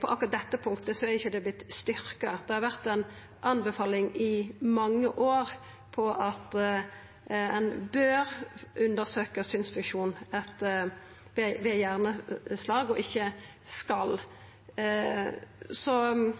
på akkurat dette punktet er ho ikkje vorten styrkt. Det har vore ei anbefaling i mange år at ein bør undersøkja synsfunksjonen ved hjerneslag, ikkje at ein skal gjera det. Så